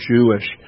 Jewish